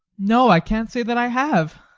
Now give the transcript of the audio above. no, i can't say that i have.